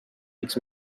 pics